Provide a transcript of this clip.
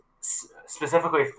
specifically